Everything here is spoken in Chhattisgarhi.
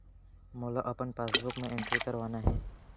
मोला अपन पासबुक म एंट्री करवाना हे?